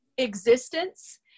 existence